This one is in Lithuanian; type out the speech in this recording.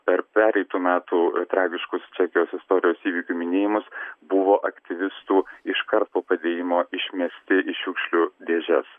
per pereitų metų tragiškus čekijos istorijos įvykių minėjimus buvo aktyvistų iškart po padėjimo išmesti į šiukšlių dėžes